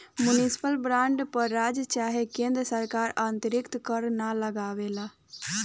municipal bond पर राज्य चाहे केन्द्र सरकार अतिरिक्त कर ना लगावेला